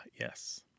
yes